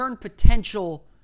potential